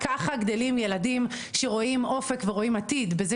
ככה גדלים ילדים שרואים אופק ורואים עתיד בזה